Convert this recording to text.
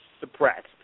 suppressed